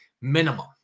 minimum